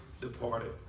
departed